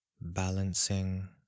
balancing